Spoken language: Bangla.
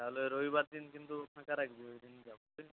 তাহলে রবিবার দিন কিন্তু ফাঁকা রাখবি ওই দিন যাবো ঠিক আছে